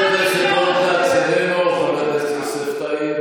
טוב, תודה רבה.